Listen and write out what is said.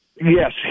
Yes